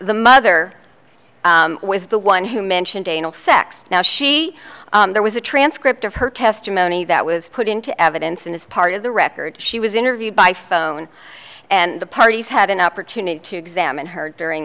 the mother was the one who mentioned anal sex now she there was a transcript of her testimony that was put into evidence and as part of the record she was interviewed by phone and the parties had an opportunity to examine her during